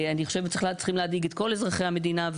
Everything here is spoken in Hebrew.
אני חושבת שהם צריכים להדאיג את כל אזרחי המדינה.